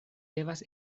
devas